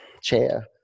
chair